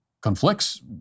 conflicts